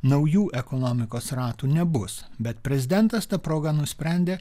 naujų ekonomikos ratų nebus bet prezidentas ta proga nusprendė